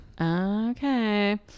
Okay